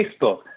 Facebook